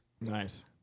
Nice